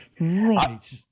Right